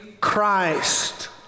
Christ